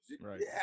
Right